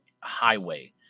highway